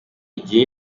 gihe